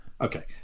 Okay